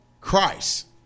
Christ